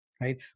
Right